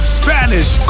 spanish